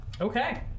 okay